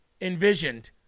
envisioned